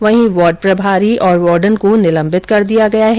वहीं वार्ड प्रभारी और वॉर्डन को निलंबित कर दिया है